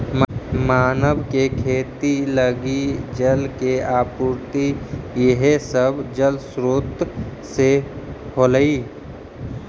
मानव के खेती लगी जल के आपूर्ति इहे सब जलस्रोत से होलइ